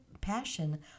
passion